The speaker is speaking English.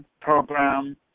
program